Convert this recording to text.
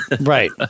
right